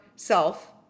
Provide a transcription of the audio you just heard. Self